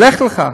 לך לך,